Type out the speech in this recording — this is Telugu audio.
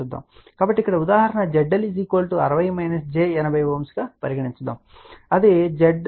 కాబట్టి ఇక్కడ ఉదాహరణ ZL 60 j 80 Ω గా పరిగణించండి మరియు అది Z0 50 Ω తో నార్మలైస్ చేయబడాలి